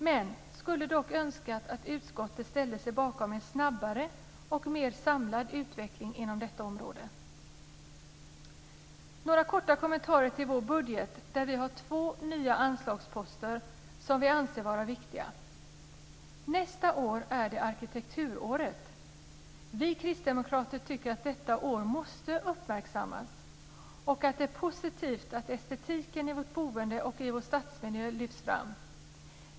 Men jag skulle dock önska att utskottet ställde sig bakom en snabbare och mera samlad utveckling inom detta område. Så några korta kommentarer till vår budget där vi har två nya anslagsposter som vi anser vara viktiga. Nästa år är det Arkitekturåret. Vi kristdemokrater tycker att detta år måste uppmärksammas och att det är positivt att estetiken i vårt boende och i vår stadsmiljö lyfts fram.